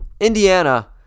indiana